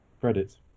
Credits